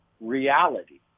reality